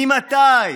ממתי?